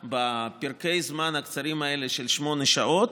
בפרקי הזמן הקצרים האלה של שמונה שעות,